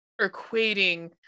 equating